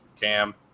Cam